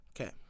Okay